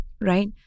right